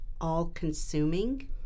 all-consuming